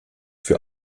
für